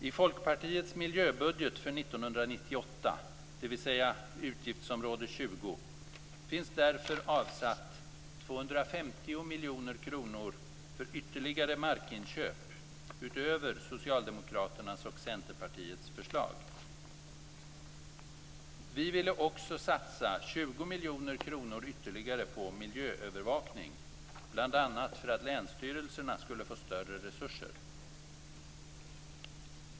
I Folkpartiets miljöbudget för 1998, dvs. utgiftsområde 20, finns därför avsatt 250 miljoner kronor för ytterligare markinköp utöver Socialdemokraternas och Centerpartiets förslag. Vi vill också satsa 20 miljoner kronor ytterligare på miljöövervakning, bl.a. för att länsstyrelserna skall få större resurser.